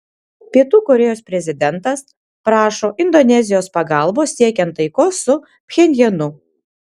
pietų korėjos prezidentas prašo indonezijos pagalbos siekiant taikos su pchenjanu